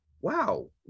wow